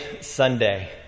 Sunday